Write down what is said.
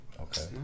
Okay